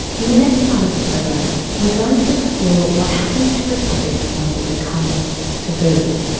in the next part of the program, we're going to explore what happens to a topic once it becomes taboo.